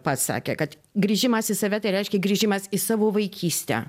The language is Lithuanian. pats sakė kad grįžimas į save tai reiškia grįžimas į savo vaikystę